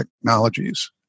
technologies